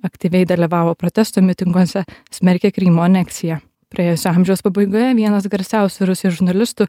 aktyviai dalyvavo protestų mitinguose smerkė krymo aneksiją praėjusio amžiaus pabaigoje vienas garsiausių rusijos žurnalistų